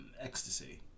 ecstasy